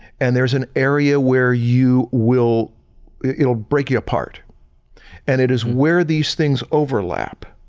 and there's an area where you will it'll break you apart and it is where these things overlap,